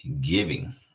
giving